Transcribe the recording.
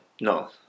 no